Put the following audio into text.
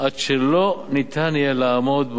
עד שלא יהיה אפשר לעמוד בו,